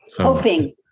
Hoping